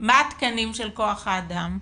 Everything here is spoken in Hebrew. של כח האדם?